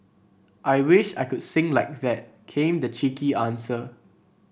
I wish I could sing like that came the cheeky answer